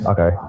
Okay